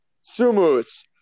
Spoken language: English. sumus